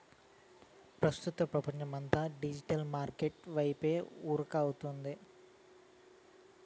ప్రస్తుతం పపంచమంతా digital market వైపే ఉరకతాంది